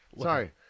Sorry